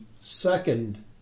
second